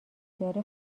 داره